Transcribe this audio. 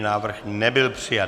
Návrh nebyl přijat.